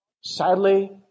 Sadly